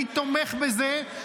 אני תומך בזה,